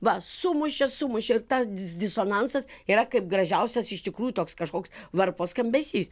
va sumušė sumušė ir tas disonansas yra kaip gražiausias iš tikrųjų toks kažkoks varpo skambesys